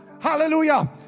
hallelujah